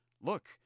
look